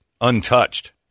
untouched